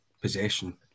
possession